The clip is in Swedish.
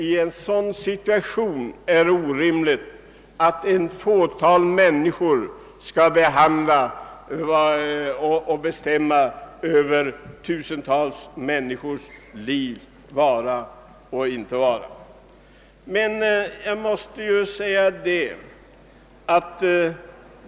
I en sådan situation är det orimligt att ett fåtal människor skall bestämma över tusentals människors liv, vara och inte vara.